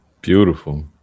Beautiful